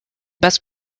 best